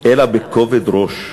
אלא בכובד ראש.